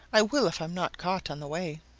i will if i am not caught on the way.